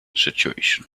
situation